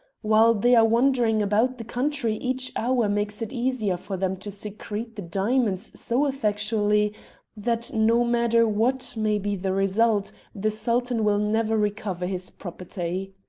while they are wandering about the country each hour makes it easier for them to secrete the diamonds so effectually that no matter what may be the result the sultan will never recover his property.